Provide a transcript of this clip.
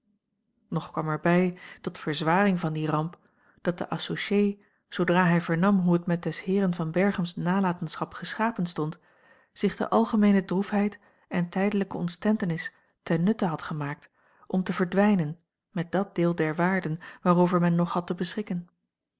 kwam er bij tot verzwaring van die ramp dat de associé zoodra hij vernam hoe het met des heeren van berchems nalatenschap geschapen stond zich de algemeene droefheid en tijdelijke ontstentenis ten nutte had gemaakt om te verdwijnen met dat deel der waarden waarover men nog had te beschikken